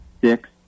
six